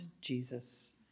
Jesus